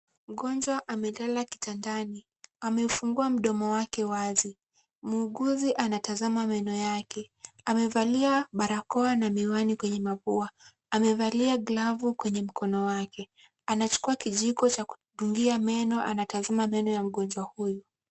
Mgonjwa amelala kitandani, amefungua mdomo wake wazi. Muuguzi anatazama meno yake. Amevalia barakoa na miwani kwenye mapua, amevalia glavu kwenye mkono wake. Anachukua kijiko cha kudungia meno ,anatazama meno ya mgonjwa huyu.